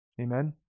Amen